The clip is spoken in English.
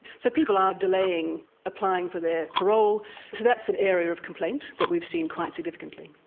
so people are delaying applying for their parole. so that's an area of complaint that we've seen quite significantly.